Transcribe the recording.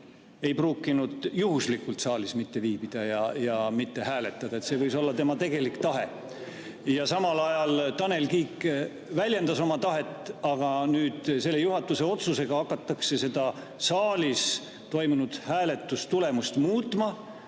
ei pruukinud juhuslikult saalis mitte viibida ja mitte hääletada, et see võis olla tema tegelik tahe, ja samal ajal Tanel Kiik väljendas oma tahet. Nüüd selle juhatuse otsusega hakatakse saalis toimunud hääletuse tulemust muutma,